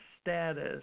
status